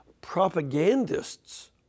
propagandists